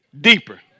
deeper